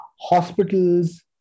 hospitals